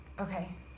Okay